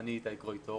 אני איתי קרויטורו,